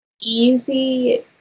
easy